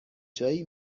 جایی